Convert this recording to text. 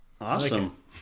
Awesome